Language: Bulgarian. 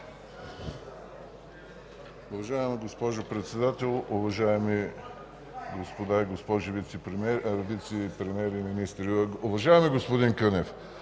Благодаря